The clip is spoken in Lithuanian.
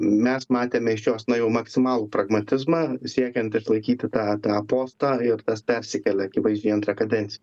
mes matėme iš jos na jau maksimalų pragmatizmą siekiant išlaikyti tą tą postą ir tas persikėlė akivaizdžiai į antrą kadenciją